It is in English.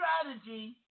strategy